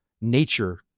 nature